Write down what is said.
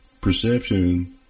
perception